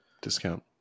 discount